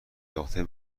یافته